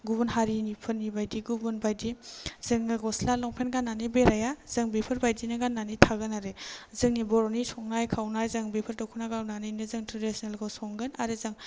गुबुन हारिनि फोरनि बायदि गुबुन बायदि जोंनों गस्ला लंफेन गान्नानै बेराया जों बेफोरबायदिनो गाननानै थागोन आरो जोंनि बर'नि संनाय खावनाय जों बेफोर दख'ना गानानैनो थ्रेदिसनेल गसंगोन आरो जों